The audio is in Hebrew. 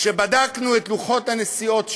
כשבדקנו את לוחות הנסיעות שלו,